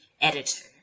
editor